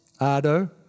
Ardo